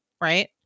right